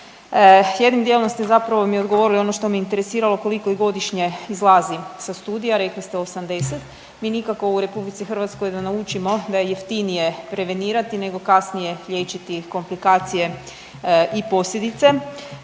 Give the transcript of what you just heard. Jednim dijelom ste zapravo mi odgovorili ono što me interesiralo koliko ih godišnje izlazi sa studija, rekli ste 80. Mi nikako u RH da naučimo da je jeftinije prevenirati nego kasnije liječiti komplikacije i posljedice,